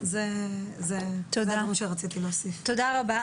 תודה רבה.